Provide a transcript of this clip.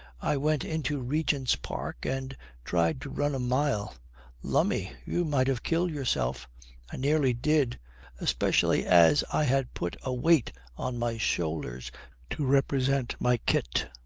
i went into regent's park and tried to run a mile lummy, you might have killed yourself i nearly did especially as i had put a weight on my shoulders to represent my kit.